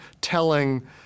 telling